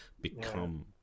become